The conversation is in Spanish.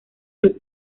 los